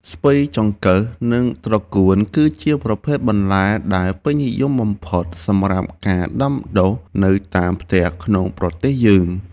ស្ពៃចង្កឹះ និងត្រកួនគឺជាប្រភេទបន្លែដែលពេញនិយមបំផុតសម្រាប់ការដាំដុះនៅតាមផ្ទះក្នុងប្រទេសយើង។